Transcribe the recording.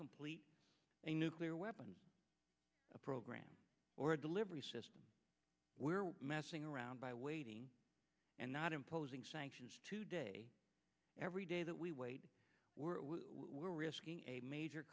complete a nuclear weapons program or a delivery system where we're messing around by waiting and not imposing sanctions today every day that we wait we're we're risking a major